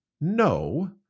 no